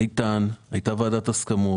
הייתה ועדת הסכמות.